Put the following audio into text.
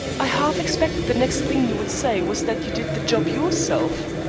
i half expected the next thing you would say was that you did the job yourself.